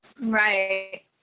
Right